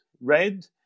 red